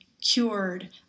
cured